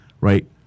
right